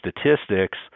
statistics